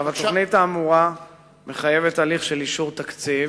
התוכנית האמורה מחייבת הליך של אישור תקציב.